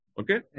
Okay